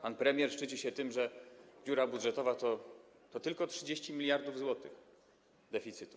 Pan premier szczyci się tym, że dziura budżetowa to tylko 30 mld zł deficytu.